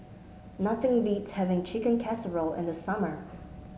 nothing beats having Chicken Casserole in the summer